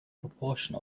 proportion